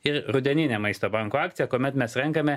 ir rudeninė maisto banko akcija kuomet mes renkame